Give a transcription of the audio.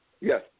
Yes